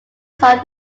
song